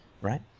right